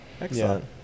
Excellent